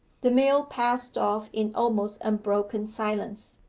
the meal passed off in almost unbroken silence.